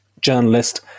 journalist